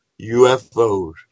UFOs